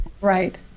Right